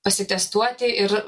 pasitestuoti ir